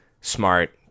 Smart